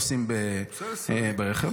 אני מציע לך לבדוק איך שרים נוסעים ברכב.